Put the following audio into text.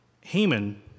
Haman